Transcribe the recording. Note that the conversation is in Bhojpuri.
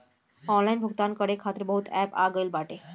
ऑनलाइन भुगतान करे खातिर बहुते एप्प आ गईल बाटे